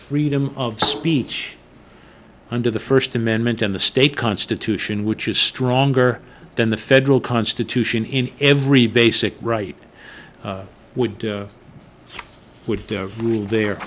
freedom of speech under the first amendment in the state constitution which is stronger than the federal constitution in every basic right would would rule there